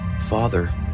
Father